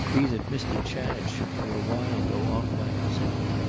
be that mr. chad should for a while go off by himself.